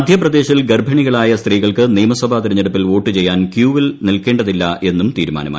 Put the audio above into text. മധ്യപ്രദേശിൽ ഗർഭിണികളായ സ്ത്രീകൾക്ക് നിയമസഭ തിരഞ്ഞെടുപ്പിൽ വോട്ടുചെയ്യാൻ ക്യൂവിൽ നിൽക്കേണ്ടതില്ല എന്നും തീരുമാനമായി